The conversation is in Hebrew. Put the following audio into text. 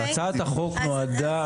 הצעת החוק נועדה,